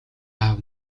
аав